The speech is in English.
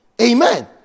Amen